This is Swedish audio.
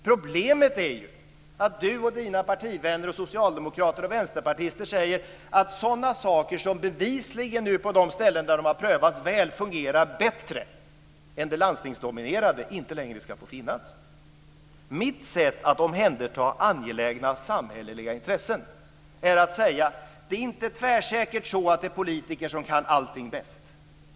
Problemet är ju att Lotta Nilsson-Hedström och hennes partivänner, socialdemokrater och vänsterpartister säger att sådana saker, som bevisligen på de ställen där de har prövats fungerar bättre än det landstingsdominerade, inte längre ska få finnas. Mitt sätt att omhänderta angelägna samhälleliga intressen är att säga att det inte tvärsäkert är så att det är politiker som kan allting bäst.